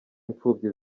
imfubyi